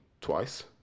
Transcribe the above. twice